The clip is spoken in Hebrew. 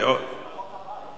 לחוק הבא.